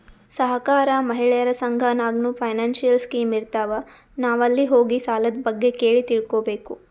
ಸಹಕಾರ, ಮಹಿಳೆಯರ ಸಂಘ ನಾಗ್ನೂ ಫೈನಾನ್ಸಿಯಲ್ ಸ್ಕೀಮ್ ಇರ್ತಾವ್, ನಾವ್ ಅಲ್ಲಿ ಹೋಗಿ ಸಾಲದ್ ಬಗ್ಗೆ ಕೇಳಿ ತಿಳ್ಕೋಬೇಕು